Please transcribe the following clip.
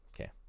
okay